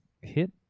hit